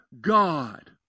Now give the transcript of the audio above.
God